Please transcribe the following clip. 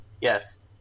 Yes